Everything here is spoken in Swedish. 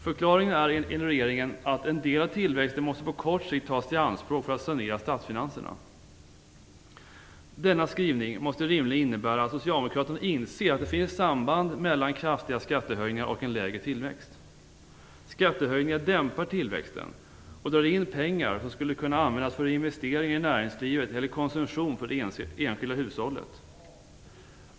Förklaringen är enligt regeringen att en del av tillväxten på kort sikt måste tas i anspråk för att sanera statsfinanserna. Denna skrivning måste rimligen innebära att Socialdemokraterna inser att det finns samband mellan kraftiga skattehöjningar och en lägre tillväxt. Skattehöjningar dämpar tillväxten och drar in pengar som skulle kunna användas för investeringar i näringslivet eller konsumtion för det enskilda hushållet.